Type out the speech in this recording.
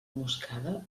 moscada